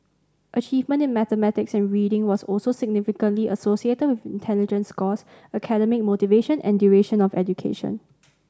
achievement in mathematics and reading was also significantly associated with intelligence scores academic motivation and duration of education